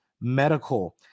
Medical